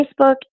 Facebook